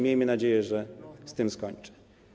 Miejmy nadzieję, że z tym skończy.